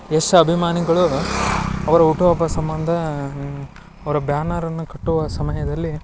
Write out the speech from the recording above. ಯಶ್ ಅಭಿಮಾನಿಗಳು ಅವರ ಹುಟ್ಟುಹಬ್ಬ ಸಂಬಂಧ ಅವರ ಬ್ಯಾನರನ್ನು ಕಟ್ಟುವ ಸಮಯದಲ್ಲಿ